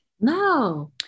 No